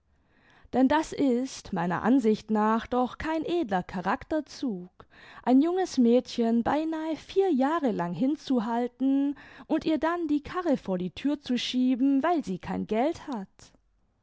denn das ist meiner ansicht nach doch kein edler charakterzug ein junges mädchen beinahe vier jahre lang hinzuhalten und ihr dann die karre vor die tür zu schieben weil sie kein geld hat